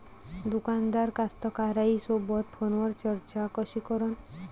दुकानदार कास्तकाराइसोबत फोनवर चर्चा कशी करन?